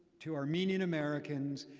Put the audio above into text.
to armenian americans.